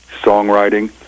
songwriting